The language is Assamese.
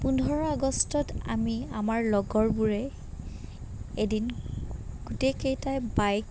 পোন্ধৰ আগষ্টত আমি আমাৰ লগৰবোৰে এদিন গোটেইকেইটাই বাইক